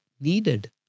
needed